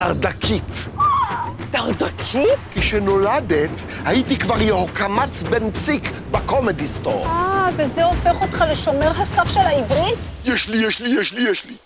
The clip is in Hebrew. ‫דרדקית. ‫-דרדקית? ‫-כי כשנולדת הייתי כבר יהוקמץ בן ציק ‫בקומדי סטור. -‫אה, וזה הופך אותך לשומר ‫הסף של העברית? -‫יש לי, יש לי, יש לי, יש לי!